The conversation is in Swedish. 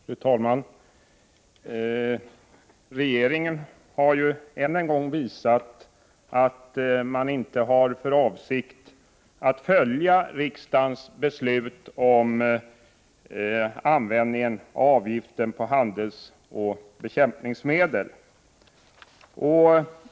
Fru talman! Regeringen har än en gång visat att man inte har för avsikt att följa riksdagens beslut om användning av avgift på handelsgödseloch bekämpningsmedel.